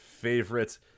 favorite